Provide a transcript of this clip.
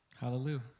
hallelujah